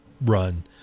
run